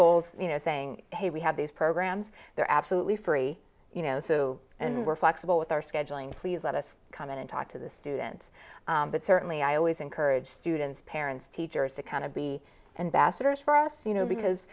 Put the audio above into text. goals you know saying hey we have these programs they're absolutely free you know so and we're flexible with our scheduling please let us come in and talk to the student but certainly i always encourage students parents teachers to kind of be and basters for us you know because